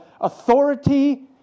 authority